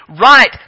right